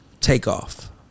Takeoff